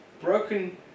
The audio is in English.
broken